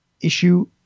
issue